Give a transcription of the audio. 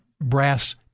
brass